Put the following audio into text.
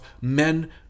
men